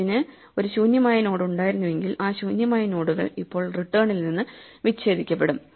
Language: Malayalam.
അതിന് ഒരു ശൂന്യമായ നോഡ് ഉണ്ടായിരുന്നുവെങ്കിൽ ആ ശൂന്യമായ നോഡുകൾ ഇപ്പോൾ റിട്ടേണിൽ നിന്ന് വിച്ഛേദിക്കപ്പെടും